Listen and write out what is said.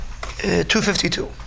252